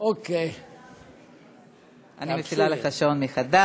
אני מפעילה לך שעון מחדש.